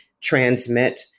transmit